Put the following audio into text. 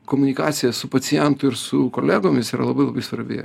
komunikacija su pacientu ir su kolegomis yra labai ilabai svarbi